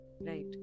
Right